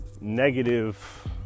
negative